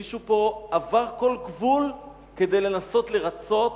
מישהו פה עבר כל גבול כדי לנסות לרצות